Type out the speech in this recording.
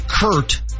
Kurt